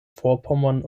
vorpommern